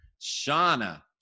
Shauna